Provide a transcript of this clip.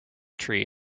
tree